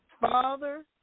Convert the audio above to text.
Father